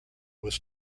was